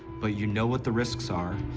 but you know what the risks are,